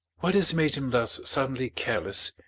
what has made him thus suddenly careless,